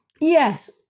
Yes